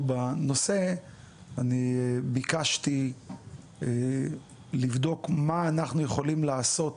בנושא אני ביקשתי לבדוק מה אנחנו יכולים לעשות